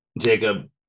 Jacob